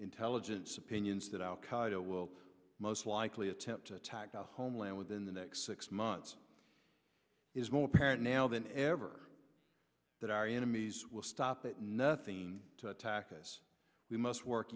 intelligence opinions that al qaeda will most likely attempt to attack a homeland within the next six months is no apparent now than ever that our enemies will stop at nothing to attack us we must work